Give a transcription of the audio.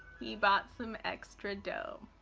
he brought some extra doe.